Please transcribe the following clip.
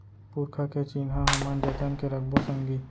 पुरखा के चिन्हा हमन जतन के रखबो संगी